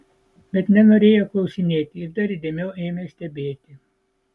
bet nenorėjo klausinėti ir dar įdėmiau ėmė stebėti